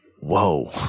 whoa